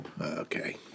Okay